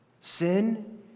Sin